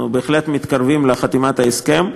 אנחנו בהחלט מתקרבים לחתימת ההסכם,